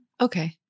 Okay